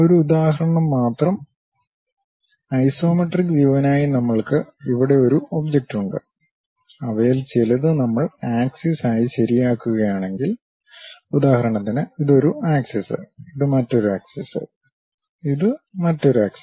ഒരു ഉദാഹരണം മാത്രം ഐസോമെട്രിക് വ്യുവിനയി നമ്മൾക്ക് ഇവിടെ ഒരു ഒബ്ജക്റ്റ് ഉണ്ട് അവയിൽ ചിലത് നമ്മൾ ആക്സിസ് ആയി ശരിയാക്കുകയാണെങ്കിൽ ഉദാഹരണത്തിന് ഇത് ഒരു ആക്സിസ് ഇത് മറ്റൊരു ആക്സിസ് ഇത് മറ്റൊരു ആക്സിസ്